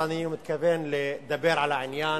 אבל אני מתכוון לדבר על העניין,